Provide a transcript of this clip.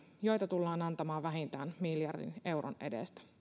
joita tullaan antamaan vähintään miljardin euron edestä